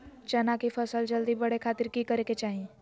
चना की फसल जल्दी बड़े खातिर की करे के चाही?